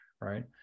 right